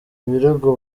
ibirego